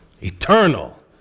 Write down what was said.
eternal